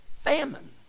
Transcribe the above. famine